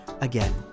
Again